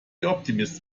optimists